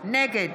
נגד